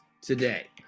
today